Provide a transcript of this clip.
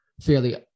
fairly